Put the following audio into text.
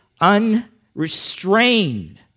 unrestrained